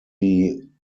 die